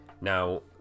Now